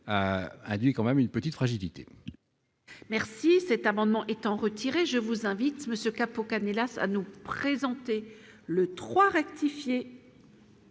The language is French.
a induit quand même une petite fragilité.